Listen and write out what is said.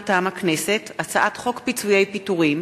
מטעם הכנסת: הצעת חוק פיצויי פיטורים